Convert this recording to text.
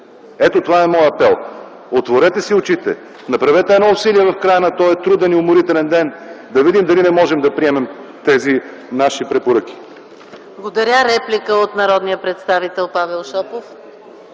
Ето това е моят апел: отворете си очите, направете едно усилие в края на този труден и уморителен ден, да видим дали не можем да приемем тези наши препоръки.